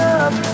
up